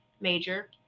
major